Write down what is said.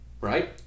Right